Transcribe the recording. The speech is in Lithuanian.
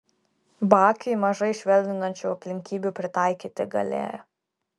bakiui mažai švelninančių aplinkybių pritaikyti galėjo